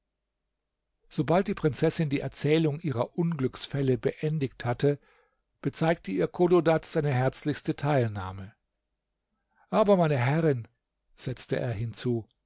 sobald die prinzessin die erzählung ihrer unglücksfälle beendigt hatte bezeigte ihr chodadad seine herzlichste teilnahme aber meine herrin setzte er hinzu